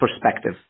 perspective